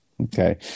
okay